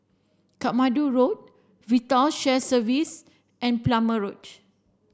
Katmandu Road VITAL Shared Services and Plumer Road